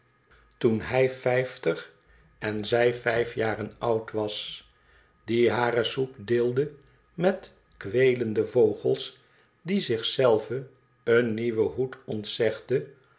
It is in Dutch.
toen hij vijftig en zij vijfjaren oud was die hare soep deelde met kweelende vogels die zich zelve een nieuwen hoed ontzegde